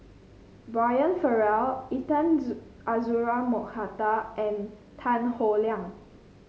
Brian Farrell Intan Azura Mokhtar and Tan Howe Liang